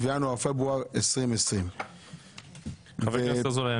וינואר-פברואר 2020. חבר הכנסת אזולאי,